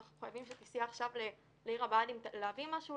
אנחנו חייבים שתסעי עכשיו לעיר הבה"דים להביא משהו,